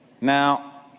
Now